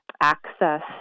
access